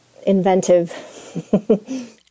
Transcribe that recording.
inventive